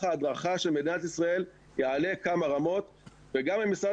ההדרכה של מדינת ישראל יעלה כמה רמות וגם במשרד